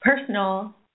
personal